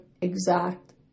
exact